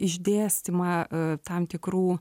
išdėstymą tam tikrų